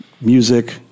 music